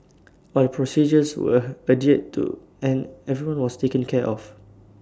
all procedures were adhered to and everyone was taken care of